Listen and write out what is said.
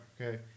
Okay